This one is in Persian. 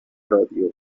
رادیو